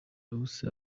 ubuse